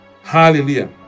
Hallelujah